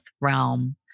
realm